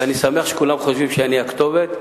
ואני שמח שכולם חושבים שאני הכתובת,